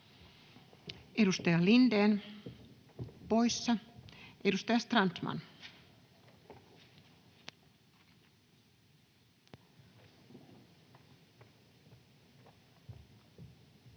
Edustaja Lindén, poissa. — Edustaja Strandman.